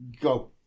Go